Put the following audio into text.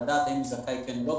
לדעת האם זכאי כן או לא,